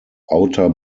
outer